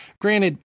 granted